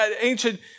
ancient